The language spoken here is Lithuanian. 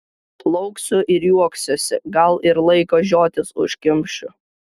plauksiu ir juoksiuosi gal ir laiko žiotis užkimšiu